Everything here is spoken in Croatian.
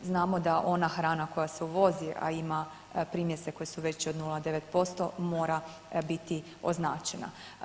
Znamo da ona hrana koja se uvozi, a ima primjese koje su veće od 0,9% mora biti označena.